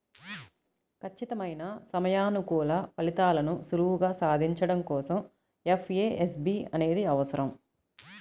ఖచ్చితమైన సమయానుకూల ఫలితాలను సులువుగా సాధించడం కోసం ఎఫ్ఏఎస్బి అనేది అవసరం